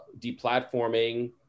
deplatforming